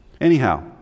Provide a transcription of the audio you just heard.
Anyhow